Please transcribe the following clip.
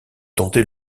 tenter